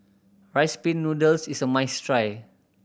Rice Pin Noodles is a must try